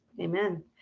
Amen